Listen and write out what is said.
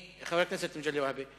חבר הכנסת מסעוד גנאים, בבקשה.